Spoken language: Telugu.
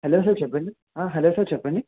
హలో సార్ చెప్పండి హలో సార్ చెప్పండి